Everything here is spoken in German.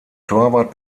torwart